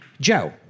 Joe